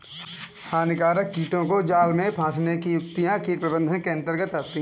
हानिकारक कीटों को जाल में फंसने की युक्तियां कीट प्रबंधन के अंतर्गत आती है